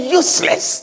useless